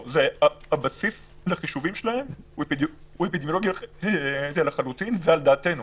הבסיס לחישובים שלהם הוא אפידמיולוגי לחלוטין ועל דעתנו.